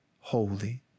holy